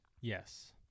Yes